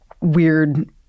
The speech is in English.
weird